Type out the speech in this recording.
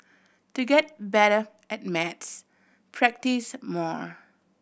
to get better at maths practise more